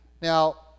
Now